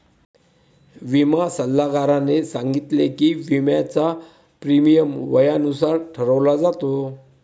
विमा सल्लागाराने सांगितले की, विम्याचा प्रीमियम वयानुसार ठरवला जातो